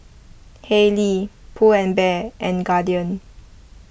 Haylee Pull and Bear and Guardian